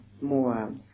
more